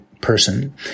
person